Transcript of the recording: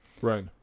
Right